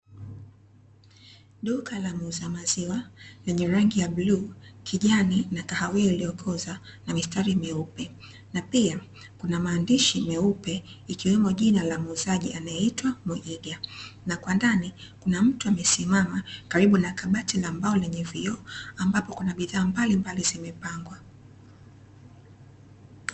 Duka la muuza maziwa lenye rangi ya bluu, kijani, na kahawia iliyokoza na mistari meupe na pia kuna maandishi meupe ikiweno jina la muuzaji anayeitwa 'muiga' na kwa ndani kuna mtu amesimama karibu na kabati la mbao lenye vioo ambapo kuna bidhaa mbalimbali zimepagwa.